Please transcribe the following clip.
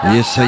Yes